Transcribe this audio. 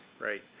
right